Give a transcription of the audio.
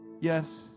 yes